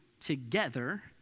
together